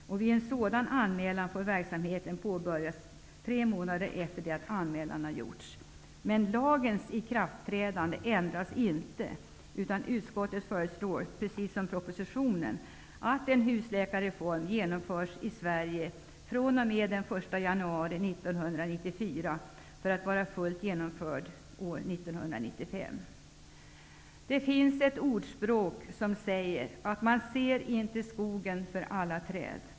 Verksamheten får påbörjas tre månader efter det att anmälan har gjorts. Utskottsmajoriteten föreslår, precis som regeringen, att en husläkarreform genomförs i Sverige med början den 1 januari 1994, för att vara fullt genomförd år 1995. Det finns ett ordspråk som säger att man inte ser skogen för alla träd.